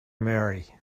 marry